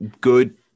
good